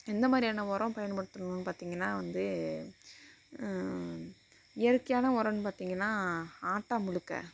எந்த மாதிரியான உரம் பயன்படுத்துகிறோம்னு பார்த்திங்கன்னா வந்து இயற்கையான உரம்னு பார்த்திங்கன்னா ஆட்டாம்புழுக்கை